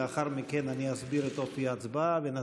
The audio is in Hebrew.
לאחר מכן אני אסביר את אופי ההצבעה ונצביע.